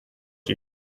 you